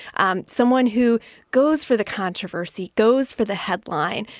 um someone who goes for the controversy, goes for the headline,